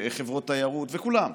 חברות תיירות, כולם,